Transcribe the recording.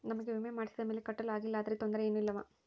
ನಮಗೆ ವಿಮೆ ಮಾಡಿಸಿದ ಮೇಲೆ ಕಟ್ಟಲು ಆಗಿಲ್ಲ ಆದರೆ ತೊಂದರೆ ಏನು ಇಲ್ಲವಾ?